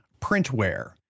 Printware